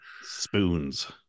spoons